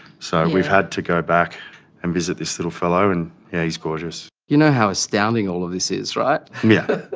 so, we've had to go back and visit this little fellow, and, yeah, he's gorgeous. you know how astounding all of this is, right? yeah.